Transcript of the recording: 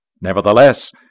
Nevertheless